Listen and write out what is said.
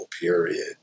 period